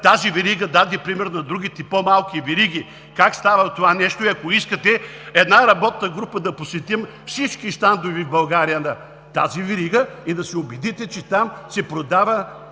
тази верига даде пример на другите по-малки вериги как става това нещо. И ако искате, една работна група да посетим всички щандове в България на тази верига и да се убедите, че там се продава